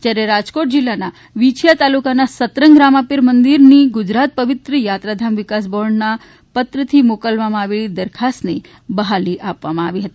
જ્યારે રાજકોટ જિલ્લાના વિછીયાતાલુકાના સતરંગ રામાપીર મંદીરની ગુજરાત પવિત્ર યાત્રાધામ વિકાસ બોર્ડના પત્રથી મોકલવામાં આવેલી દરખાસ્તને બહાલી આપવામાં આવી હતી